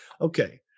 okay